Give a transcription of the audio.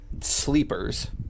sleepers